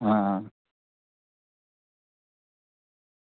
आं